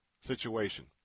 situation